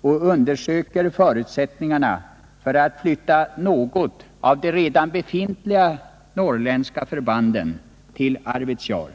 och undersöker förutsättningarna för att flytta något av de redan befintliga norrländska förbanden till Arvidsjaur.